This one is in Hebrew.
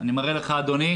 אני מראה לך אדוני.